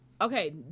Okay